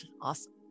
Awesome